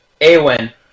Awen